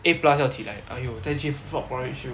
eight 要起来 !aiyo! 再去 frog porridge 就